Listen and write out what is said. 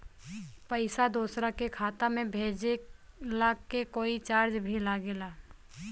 पैसा दोसरा के खाता मे भेजला के कोई चार्ज भी लागेला?